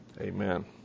Amen